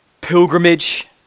pilgrimage